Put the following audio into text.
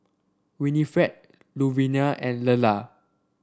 Winifred Louvenia and Lela